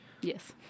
Yes